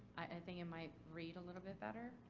i think it might read a little bit better.